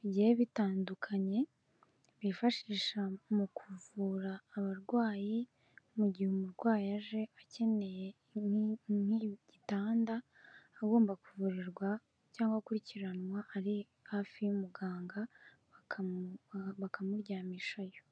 bigiye bitandukanye bifashisha mu kuvura abarwayi mu gihe umurwayi aje akeneye nk'igitanda agomba kuvurirwa cyangwa akurikiranwa ari hafi y'umuganga bakamuryamishayo.